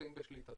לחלוטין בשליטתן.